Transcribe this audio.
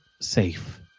safe